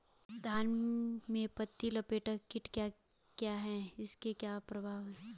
धान में पत्ती लपेटक कीट क्या है इसके क्या प्रभाव हैं?